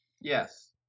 yes